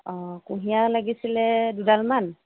অঁ কুঁহিয়াৰ লাগিছিল দুডাল মান